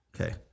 Okay